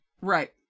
Right